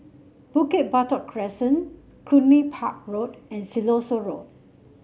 Bukit Batok Crescent Cluny Park Road and Siloso Road